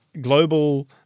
global